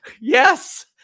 Yes